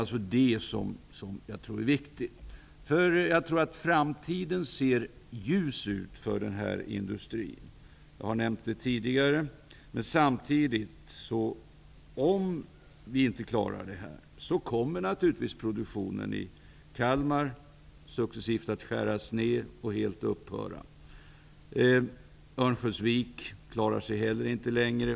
Det tror jag är viktigt. Jag tror att framtiden ser ljus ut för denna industri, vilket jag tidigare nämnt. Men om vi inte klarar detta kommer naturligtvis produktionen i Kalmar att successivt skäras ned och sedan upphöra. Inte heller Örnsköldsvik kommer att klara sig längre.